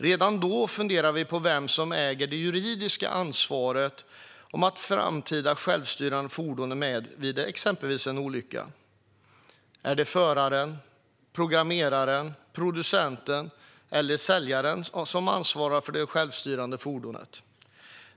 Redan då funderade vi på vem som äger det juridiska ansvaret om ett framtida självstyrande fordon är med vid exempelvis en olycka. Är det föraren, programmeraren, producenten eller säljaren som ansvarar för det självstyrande fordonet?